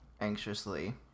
anxiously